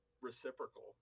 reciprocal